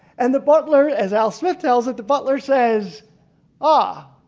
and the butler as al smith tells it. the butler says ah.